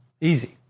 Easy